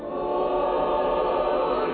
or